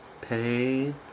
Pain